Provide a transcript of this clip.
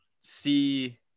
see –